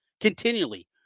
continually